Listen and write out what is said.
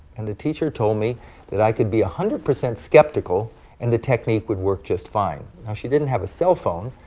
and the teacher told me that i could be one hundred percent skeptical and the technique would work just fine. now she didn't have a cell phone,